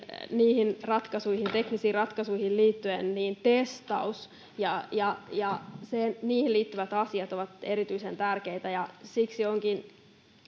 niihin teknisiin ratkaisuihin liittyen testaus ja ja siihen liittyvät asiat ovat erityisen tärkeitä siksi onkin